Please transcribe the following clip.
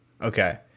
Okay